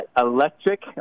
electric